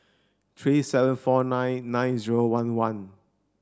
three seven four nine nine zero one one